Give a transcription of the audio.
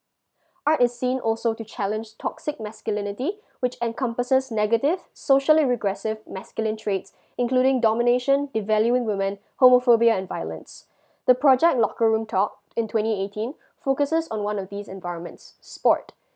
art is seen also to challenge toxic masculinity with encompasses negative socially regressive masculine traits including domination devaluing women homophobia and violence the project locker room talk in twenty eighteen focuses on one of these environments sport